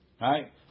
Right